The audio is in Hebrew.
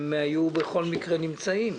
הם היו בכל מקרה נמצאים.